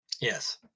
Yes